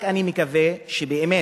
אני מקווה שבאמת,